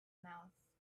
mouth